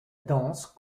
danse